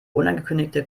unangekündigte